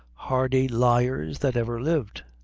hardy liars that ever lived.